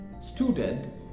student